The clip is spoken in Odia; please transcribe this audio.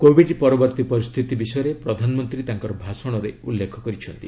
କୋଭିଡ ପରବର୍ତ୍ତୀ ପରିସ୍ଥିତି ବିଷୟରେ ପ୍ରଧାନମନ୍ତ୍ରୀ ତାଙ୍କର ଭାଷଣରେ ଉଲ୍ଲେଖ କରିଛନ୍ତି